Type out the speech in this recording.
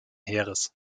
heeres